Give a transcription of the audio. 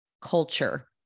culture